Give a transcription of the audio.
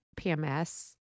PMS